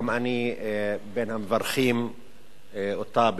גם אני בין המברכים אותה בהיבחרה.